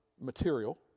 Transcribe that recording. material